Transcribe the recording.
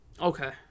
Okay